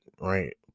right